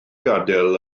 gadael